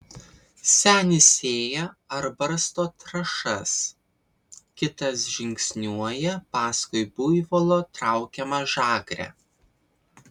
senis sėja ar barsto trąšas kitas žingsniuoja paskui buivolo traukiamą žagrę